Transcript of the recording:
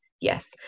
yes